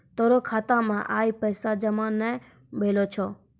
तोरो खाता मे आइ पैसा जमा नै भेलो छौं